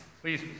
Please